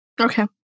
Okay